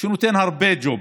שנותן הרבה ג'ובים.